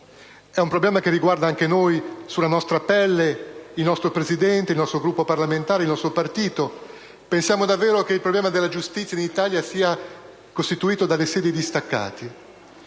È un problema che riguarda anche noi, sulla nostra pelle, riguarda il nostro Presidente, il nostro Gruppo parlamentare, il nostro partito. Pensiamo davvero che il problema della giustizia in Italia sia costituito dalle sedi distaccate?